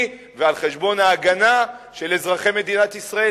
ועל-חשבון ההגנה של אזרחי מדינת ישראל,